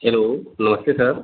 hello namaste sir